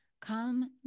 Come